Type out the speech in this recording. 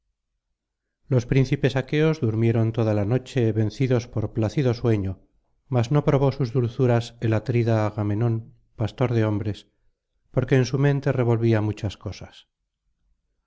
los príncipes aqueos durmieron toda la noche vencidos por plácido sueño mas no probó sus dulzuras el atrida agamenón pastor de hombres porque en su mente revolvía muchas cosas